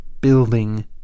building